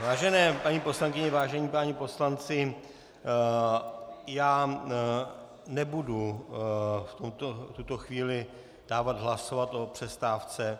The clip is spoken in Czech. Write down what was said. Vážené paní poslankyně, vážení páni poslanci, já nebudu v tuto chvíli dávat hlasovat o přestávce.